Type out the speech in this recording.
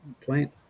plant